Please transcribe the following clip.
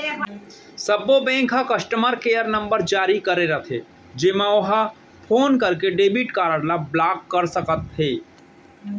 सब्बो बेंक ह customer care number जारी करे रथे जेमा ओहर फोन करके डेबिट कारड ल ब्लाक कर सकत हे